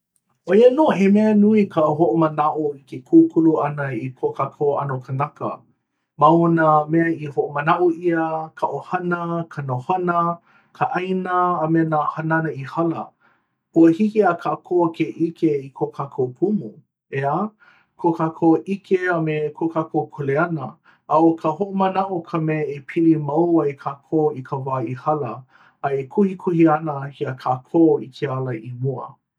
ʻoia nō, he mea nui ka hoʻomanaʻo i ke kūkulu ʻana i ko kākou ʻano kanaka ma o nā mea i hoʻomanaʻo ʻia, ka ʻohana, ka nohona, ka ʻāina a me nā hanana i hala. ua hiki iā kākou ke ʻike i ko kākou kumu. ʻeā? ko kākou ʻike a me ko kākou kuleana a ʻo ka hoʻomanaʻo ka mea e pili mau ai kākou i ka wā i hala a e kuhikuhi ana iā kākou i ke ala i mua